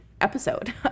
episode